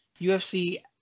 UFC